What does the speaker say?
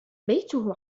بيته